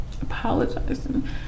apologizing